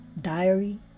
diary